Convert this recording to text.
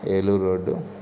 Eluru road